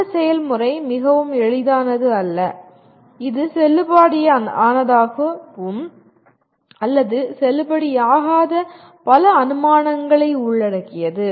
அந்த செயல்முறை மிகவும் எளிதானது அல்ல இது செல்லுபடியாகும் அல்லது செல்லுபடியாகாத பல அனுமானங்களை உள்ளடக்கியது